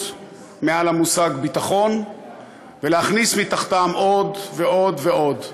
מעל המושג ביטחון ולהכניס תחתן עוד ועוד ועוד,